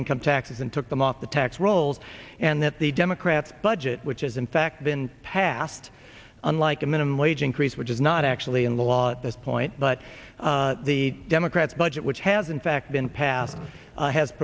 income taxes and took them off the tax rolls and that the democrats budget which is in fact been passed on like a minimum wage increase which is not actually in the law at this point but the democrats budget which has in fact been pas